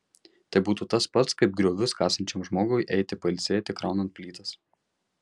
tai būtų tas pats kaip griovius kasančiam žmogui eiti pailsėti kraunant plytas